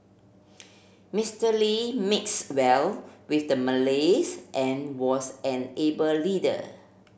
Mister Lee mix well with the Malays and was an able leader